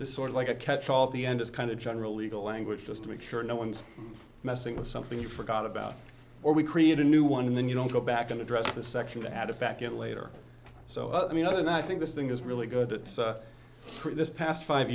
this sort of like a catch all the end is kind of general legal language just to make sure no one's messing with something you forgot about or we create a new one and then you don't go back and address the section to add it back in later so i mean other than that i think this thing is really good at this past five